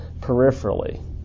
peripherally